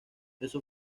eso